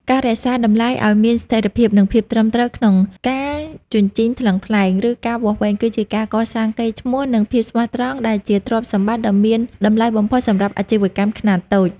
ការរក្សាតម្លៃឱ្យមានស្ថិរភាព និងភាពត្រឹមត្រូវក្នុងការជញ្ជីងថ្លឹងថ្លែង ឬការវាស់វែង គឺជាការកសាងកេរ្តិ៍ឈ្មោះ និងភាពស្មោះត្រង់ដែលជាទ្រព្យសម្បត្តិដ៏មានតម្លៃបំផុតសម្រាប់អាជីវកម្មខ្នាតតូច។